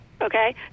okay